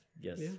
Yes